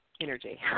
energy